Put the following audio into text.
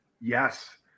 Yes